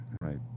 right